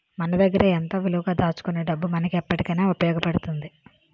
మన దగ్గరే ఎంతో విలువగా దాచుకునే డబ్బు మనకు ఎప్పటికైన ఉపయోగపడుతుంది